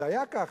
זה היה ככה,